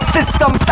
System